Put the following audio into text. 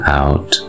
out